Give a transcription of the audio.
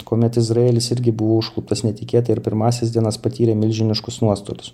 kuomet izraelis irgi buvo užkluptas netikėtai ir pirmąsias dienas patyrė milžiniškus nuostolius